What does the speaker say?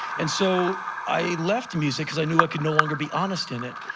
and so, i left music cause i knew i could no longer be honest in it.